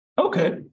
Okay